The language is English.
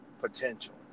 potential